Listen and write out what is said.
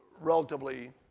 relatively